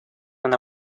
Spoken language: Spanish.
una